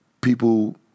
people